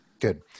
Good